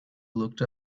looked